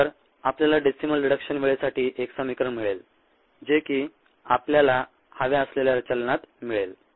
नंतर आपल्याला decimal reduction वेळेसाठी एक समीकरण मिळेल जे की आपल्याला हव्या असलेल्या चलनात मिळेल